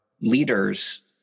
leaders